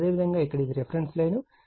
కాబట్టి అదేవిధంగా ఇక్కడ ఇది రిఫరెన్స్ లైన్